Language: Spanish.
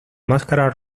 máscara